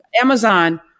Amazon